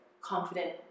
confident